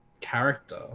character